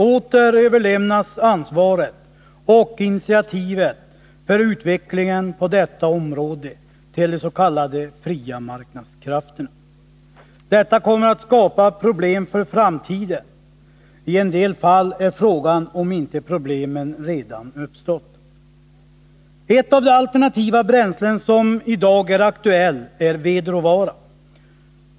Åter överlämnas ansvaret för och initiativet till utvecklingen på detta område till de s.k. fria marknadskrafterna. Detta kommer att skapa problem för framtiden. I en del fall är frågan om inte problemen redan uppstått. Ett av de alternativa bränslen som i dag är aktuella är vedråvara.